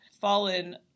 fallen